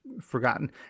forgotten